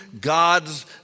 God's